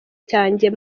cyanjye